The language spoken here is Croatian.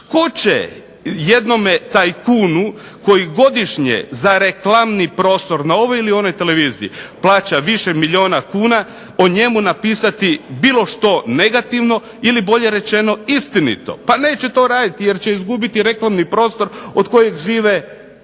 Tko će jednom tajkunu koji godišnje za reklamni prostor na ovoj ili onoj televiziji plaća više milijuna kuna o njemu napisati bilo što negativno ili bolje rečeno istinito? Pa neće to raditi jer će izgubiti reklami prostor od kojeg žive